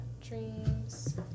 dreams